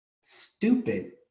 stupid